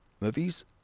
movies